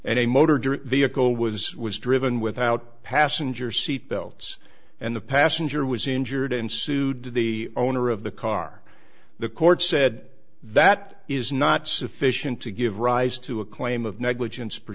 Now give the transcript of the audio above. and a motor vehicle was was driven without a passenger seat belts and the passenger was injured and sued the owner of the car the court said that is not sufficient to give rise to a claim of negligence